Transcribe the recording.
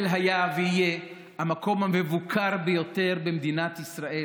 ויהיה המקום המבוקר ביותר במדינת ישראל.